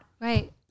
right